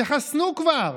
תחסנו כבר